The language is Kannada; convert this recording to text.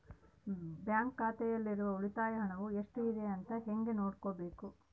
ಬ್ಯಾಂಕ್ ಖಾತೆಯಲ್ಲಿರುವ ಉಳಿತಾಯ ಹಣವು ಎಷ್ಟುಇದೆ ಅಂತ ಹೇಗೆ ನೋಡಬೇಕು?